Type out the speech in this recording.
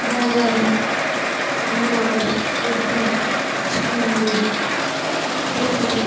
Belagavi Honnavar Udupi Chikmagalur Tirupati